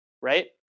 right